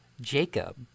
Jacob